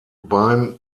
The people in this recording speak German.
beim